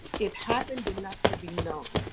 it happened enough to be known.